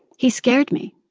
he scared me,